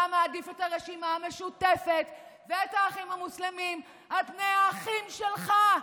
אתה מעדיף את הרשימה המשותפת ואת האחים המוסלמים על פני האחים שלך,